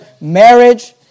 marriage